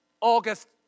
August